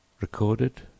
Recorded